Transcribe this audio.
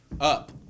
Up